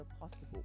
possible